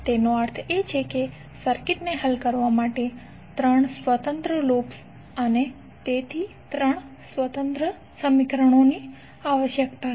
તેનો અર્થ એ કે સર્કિટને હલ કરવા માટે 3 સ્વતંત્ર લૂપ્સ અને તેથી 3 સ્વતંત્ર સમીકરણો આવશ્યક છે